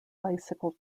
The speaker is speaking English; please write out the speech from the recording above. bicycle